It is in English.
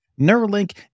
Neuralink